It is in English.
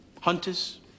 Hunters